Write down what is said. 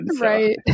Right